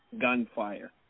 gunfire